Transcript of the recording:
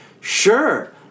Sure